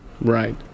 Right